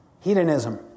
hedonism